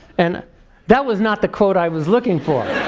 and that was not the quote i was looking for.